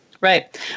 Right